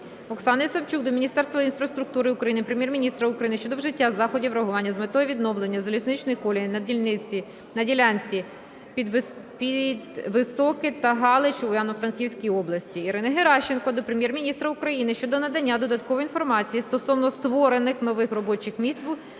Оксани Савчук до Міністерства інфраструктури України, Прем'єр-міністра України щодо вжиття заходів реагування з метою відновлення залізничної колії на ділянці Підвисоке та Галич у Івано-Франківській області. Ірини Геращенко до Прем'єр-міністра України щодо надання додаткової інформації стосовно створених нових робочих місць